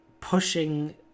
pushing